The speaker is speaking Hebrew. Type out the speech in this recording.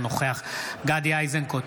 אינו נוכח גדי איזנקוט,